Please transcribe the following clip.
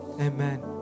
amen